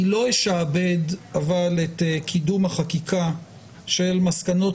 אני לא אשעבד אבל את קידום החקיקה של מסקנות